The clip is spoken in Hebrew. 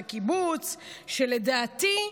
זה קיבוץ שלדעתי,